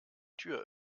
tür